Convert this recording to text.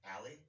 Allie